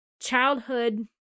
childhood